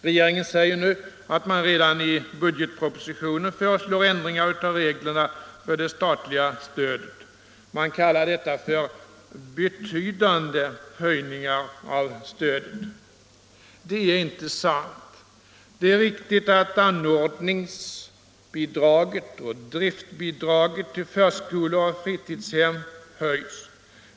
Regeringen säger nu att man redan i budgetpropositionen föreslår ändringar av reglerna för det statliga stödet. Man kallar detta för betydande höjningar av stödet. Det är inte sant. Det är riktigt att anordningsbidraget och driftbidraget till förskolor och fritidshem höjs.